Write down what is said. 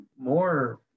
more